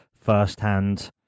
firsthand